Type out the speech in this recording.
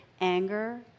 anger